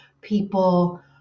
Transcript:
people